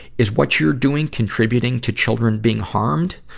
is what you're doing contributing to children being harmed?